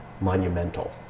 monumental